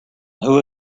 who